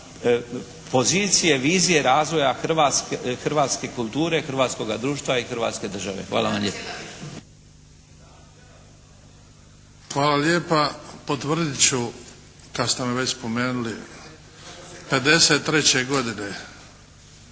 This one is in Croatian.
pozicije vizije razvoja hrvatske kulture, hrvatskoga društva i Hrvatske države. Hvala vam lijepa. **Bebić, Luka (HDZ)** Hvala lijepa. Potvrdit ću kad ste već spomenuli '53. godine